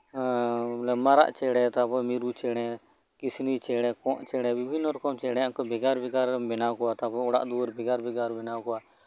ᱢᱟᱨᱟᱜ ᱪᱮᱬᱮ ᱛᱟᱨᱯᱚᱨ ᱢᱤᱨᱩ ᱪᱮᱬᱮ ᱠᱤᱥᱱᱤ ᱪᱮᱬᱮ ᱠᱚᱜ ᱪᱮᱬᱮ ᱵᱤᱵᱷᱤᱱᱱᱚ ᱨᱚᱠᱚᱢ ᱪᱮᱬᱮᱭᱟᱜ ᱵᱷᱮᱜᱟᱨ ᱵᱷᱮᱜᱟᱨ ᱮᱢ ᱵᱮᱱᱟᱣ ᱠᱚᱣᱟ ᱛᱟᱨᱯᱚᱨ ᱚᱲᱟᱜ ᱫᱩᱣᱟᱹᱨ ᱵᱷᱮᱜᱟᱨ ᱵᱷᱮᱜᱟᱨ ᱵᱮᱱᱟᱣ ᱠᱚᱣᱟ